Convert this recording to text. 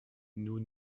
nous